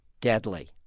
deadly